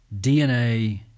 DNA